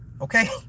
Okay